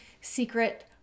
secret